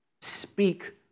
speak